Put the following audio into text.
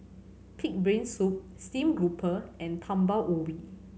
Pig's Brain Soup steamed grouper and Talam Ubi